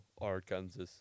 Arkansas